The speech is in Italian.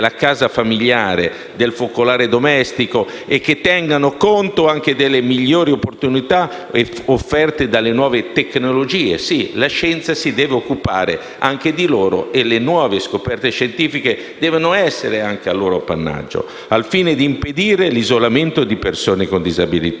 la scienza si deve occupare anche di loro e le nuove scoperte scientifiche devono essere anche a loro appannaggio, al fine di impedire l'isolamento di persone con disabilità.